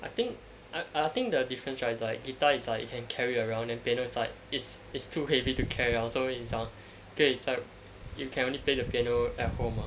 I think uh I think the difference right is like guitar right is like you can carry around and piano is like it's it's too heavy to carry so 你讲可以在 you can only play the piano at home uh